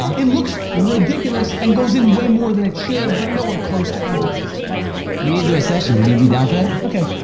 um it looks ridiculous and goes in way more than it should but nowhere close to anything that's respectable. we need to do a session. would you be down for that? okay,